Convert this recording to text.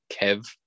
Kev